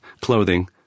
clothing